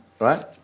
Right